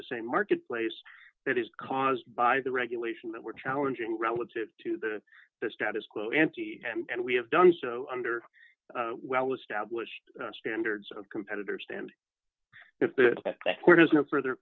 the same marketplace that is caused by the regulation that we're challenging relative to the status quo ante and we have done so under well established standards of competitors and if the court has no further